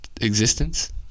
Existence